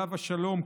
עליו השלום,